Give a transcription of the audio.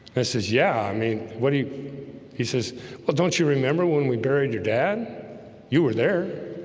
i says yeah, i mean, what do you he says well, don't you remember when we buried your dad you were there?